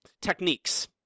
techniques